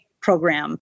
program